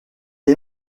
est